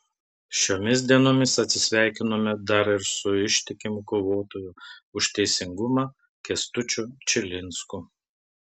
šiomis dienomis atsisveikinome dar ir su ištikimu kovotoju už teisingumą kęstučiu čilinsku